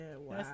wow